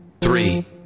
three